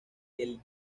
que